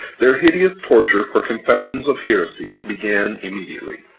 their hideous tortures for confessions of heresy began immediately.